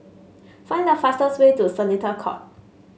find the fastest way to Seletar Court